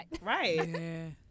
Right